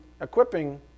equipping